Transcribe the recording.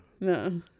No